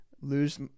lose